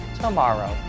tomorrow